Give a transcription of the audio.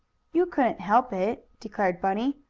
you couldn't help it, declared bunny,